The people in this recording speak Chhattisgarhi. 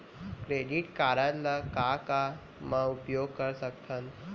क्रेडिट कारड ला का का मा उपयोग कर सकथन?